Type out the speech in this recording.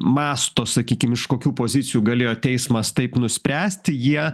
mąsto sakykim iš kokių pozicijų galėjo teismas taip nuspręsti jie